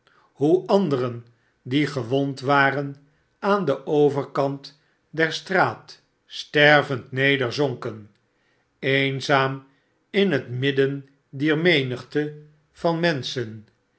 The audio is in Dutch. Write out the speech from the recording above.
hoe anderen die gewond waren aan den overkant der straat stervend nederzonken eenzaam in het midden dier menigte van menschen